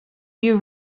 you